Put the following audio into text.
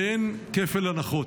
ואין כפל הנחות.